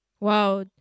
Wow